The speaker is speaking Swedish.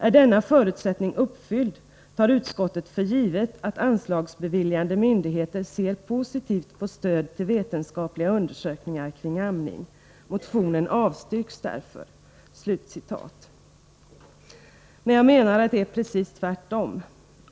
Är denna förutsättning uppfylld tar utskottet för givet att anslagsbeviljande myndigheter ser positivt på stöd till vetenskapliga undersökningar kring amning. Motionen avstyrks därför.” Men det är ju faktiskt precis tvärtom.